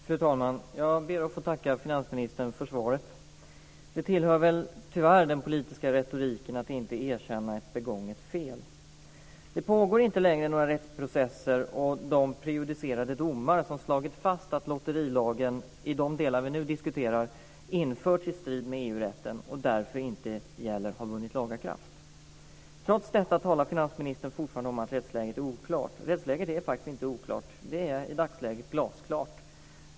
Fru talman! Jag ber att få tacka finansministern för svaret. Det tillhör väl tyvärr den politiska retoriken att inte erkänna ett begånget fel. Det pågår inte längre några rättsprocesser. De prejudicerande domar som har slagit fast att lotterilagen, i de delar vi nu diskuterar, har införts i strid med EU-rätten och därför inte gäller har vunnit laga kraft. Trots detta talar finansministern fortfarande om att rättsläget är oklart. Rättsläget är faktiskt inte oklart. Det är i dagsläget glasklart.